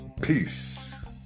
Peace